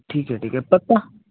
ठीक आहे ठीक आहे पत्ता